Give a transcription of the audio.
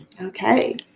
Okay